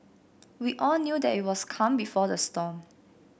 we all knew that it was the calm before the storm